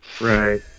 Right